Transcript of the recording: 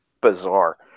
bizarre